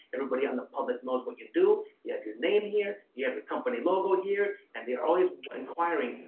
everybody out in the public knows what you do. you have your name here, you have your company logo here, and they're always inquiring,